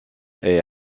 est